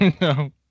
No